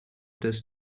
does